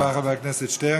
תודה רבה, חבר הכנסת שטרן.